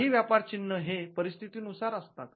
काही व्यापार चिन्ह हे परिस्थितीनुसार असतात